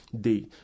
day